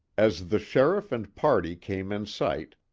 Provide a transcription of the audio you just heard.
as the sheriff and party came in sight,